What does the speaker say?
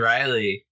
Riley